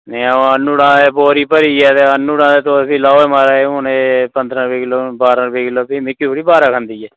अंऊ म्हाराज बोरी भरियै आह्नी ओड़ां ते तुस आक्खो लाओ पंद्रहां रपे किलो बारहां रपे किलो भी मिगी थोह्ड़े ना बारै पौंदी ऐ